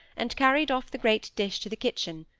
and carried off the great dish to the kitchen,